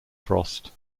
frost